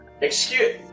Excuse-